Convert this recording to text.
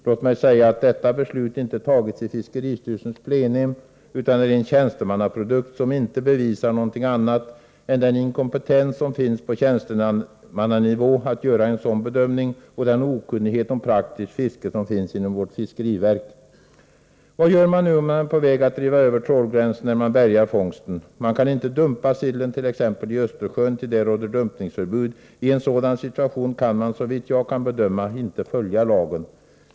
Låt mig säga att detta beslut inte har tagits i fiskeristyrelsens plenum utan är en tjänstemannaprodukt, som inte bevisar något annat än den inkompetens som finns på tjänstemannanivå när det gäller att göra en sådan bedömning och den okunnighet om praktiskt fiske som finns inom vårt fiskeriverk. Vad gör man nu om man är på väg att driva över trålgränsen när man bärgar fångsten? Man kan inte dumpa sillen t.ex. i Östersjön, ty där råder dumpningsförbud. I en sådan situation kan man, såvitt jag kan bedöma, inte följa lagen.